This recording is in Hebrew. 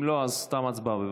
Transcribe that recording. אם לא, תמה ההצבעה.